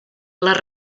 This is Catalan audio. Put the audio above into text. les